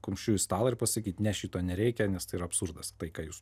kumščiu į stalą ir pasakyt ne šito nereikia nes tai yra absurdas tai ką jūs